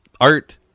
art